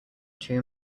two